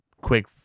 quick